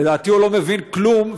לדעתי הוא לא מבין כלום,